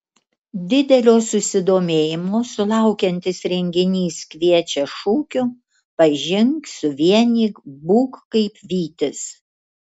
didelio susidomėjimo sulaukiantis renginys kviečia šūkiu pažink suvienyk būk kaip vytis